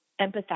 empathize